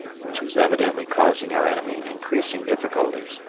which was evidently causing our enemy increasing difficulties,